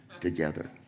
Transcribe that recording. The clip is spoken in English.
together